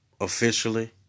officially